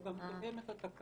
הוא גם תואם את התקנות